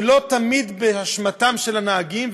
ולא תמיד באשמתם של הנהגים,